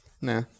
nah